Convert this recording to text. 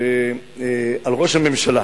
שעל ראש הממשלה,